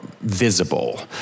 visible